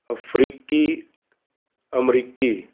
ਅਫ਼ਰੀਕੀ ਅਮਰੀਕੀ